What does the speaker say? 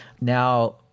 Now